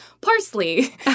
parsley